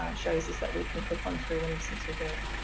um shows us that we can click on through and listen to the